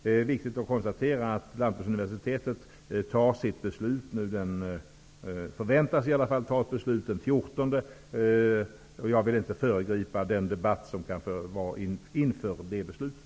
Det är viktigt att konstatera att Lantbruksuniversitetet förväntas fatta ett beslut den 14 december, och jag vill inte föregripa den debatt som kan förevara inför det beslutet.